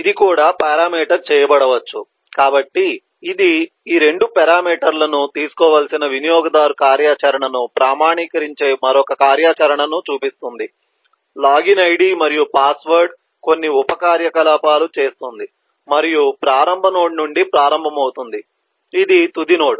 ఇది కూడా పారామీటర్ చేయబడవచ్చు కాబట్టి ఇది ఈ 2 పారామీటర్ లను తీసుకోవలసిన వినియోగదారు కార్యాచరణను ప్రామాణీకరించే మరొక కార్యాచరణను చూపిస్తుంది లాగిన్ ఐడి మరియు పాస్వర్డ్ కొన్ని ఉప కార్యకలాపాలు చేస్తుంది మరియు ప్రారంభ నోడ్ నుండి ప్రారంభమవుతుంది ఇది తుది నోడ్